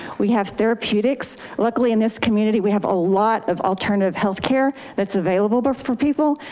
we have therapeutics. luckily in this community, we have a lot of alternative health care that's available but for people.